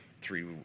three